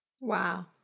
wow